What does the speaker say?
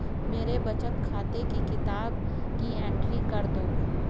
मेरे बचत खाते की किताब की एंट्री कर दो?